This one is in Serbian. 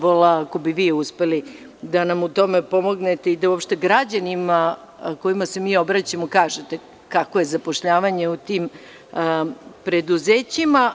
Volela bih, ako bi vi uspeli, da nam u tome pomognete i da uopšte građanima, kojima se mi obraćamo, kažete kakvo je zapošljavanje u tim preduzećima.